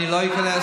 אני לא איכנס,